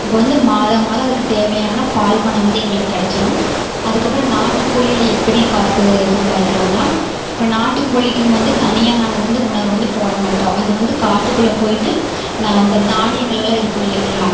அப்போ வந்து மாதா மாதம் அதுக்கு தேவையான பால் பணம் வந்து எங்களுக்கு கிடச்சிரும் அதுக்கப்புறம் நாட்டு கோழியில எப்படி காசு சம்பாதிக்கிறோன்னா இப்போ நாட்டு கோழிக்கின்னு வந்து தனியாக நாங்கள் வந்து உணவு வந்து போட மாட்டோம் அது வந்து காட்டுக்குள்ளே போய்விட்டு நான் அந்த தானியங்களெல்லாம் இருக்கும் இல்லைங்களா